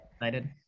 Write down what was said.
excited